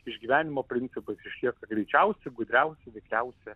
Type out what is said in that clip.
išgyvenimo principais išlieka greičiausi gudriausi vikriausi